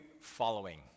following